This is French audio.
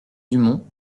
dumont